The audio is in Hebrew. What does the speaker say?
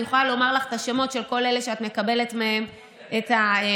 אני יכולה לומר לך את השמות של כל אלה שאת מקבלת מהם את ההודעות,